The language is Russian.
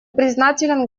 признателен